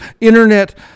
internet